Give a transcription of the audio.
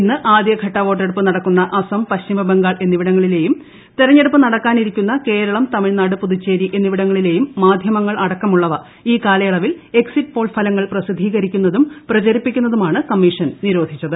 ഇന്ന് ആദ്യഘട്ട വോട്ടെടുപ്പ് നടക്കുന്ന അസം പശ്ചിമബംഗാൾ എന്നിവിടങ്ങളിലെയും തെരഞ്ഞെടുപ്പ് നടക്കാനിരിക്കുന്ന കേരളം തമിഴ്നാട് പുതുച്ചേരി എന്നിവിടങ്ങളിലെയും മാധ്യമങ്ങൾ അടക്കമുള്ളവ ഈ കാലയളവിൽ എക്സിറ്റ് പോൾ ഫലങ്ങൾ പ്രസിദ്ധീകരിക്കുന്നതും പ്രചരിപ്പിക്കുന്നതുമാണ് കമ്മീഷൻ നിരോധിച്ചത്